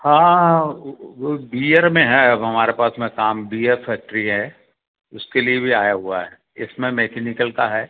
हाँ वो बीयर में है अब हमारे पास में काम बीयर फैक्ट्री है उसके लिए भी आया हुआ है इसमें मैकेनिकल का है